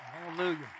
Hallelujah